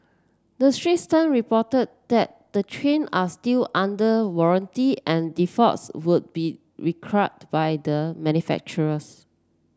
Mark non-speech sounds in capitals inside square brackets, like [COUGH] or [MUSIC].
the Straits Time reported that the train are still under warranty and defaults would be [UNINTELLIGIBLE] by the manufacturers